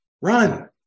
Run